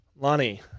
Lonnie